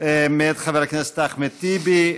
מאת חבר הכנסת אחמד טיבי.